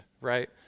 right